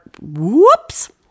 Whoops